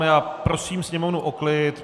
Já prosím sněmovnu o klid.